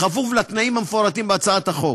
כפוף לתנאים המפורטים בהצעת החוק.